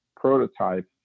prototype